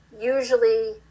Usually